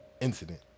incident